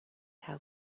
how